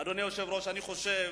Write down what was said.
אדוני היושב-ראש, אני חושב